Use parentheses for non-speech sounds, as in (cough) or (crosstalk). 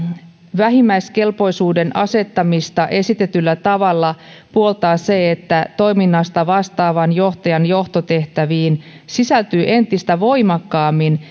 vähimmäiskelpoisuuden asettamista esitetyllä tavalla puoltaa se että toiminnasta vastaavan johtajan johtotehtäviin sisältyy entistä voimakkaammin (unintelligible)